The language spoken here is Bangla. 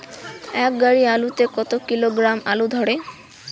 এক গাড়ি আলু তে কত কিলোগ্রাম আলু ধরে?